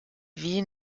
ville